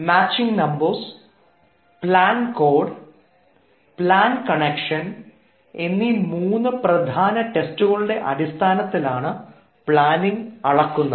matching numbers plan code plan connection എന്നീ മൂന്ന് പ്രധാന ടെസ്റ്റുകളുടെ അടിസ്ഥാനത്തിലാണ് പ്ലാനിങ് അളക്കുന്നത്